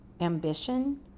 ambition